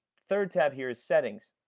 third tab here is settings.